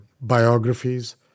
biographies